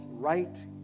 right